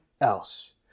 else